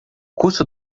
custo